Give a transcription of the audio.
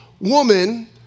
woman